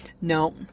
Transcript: No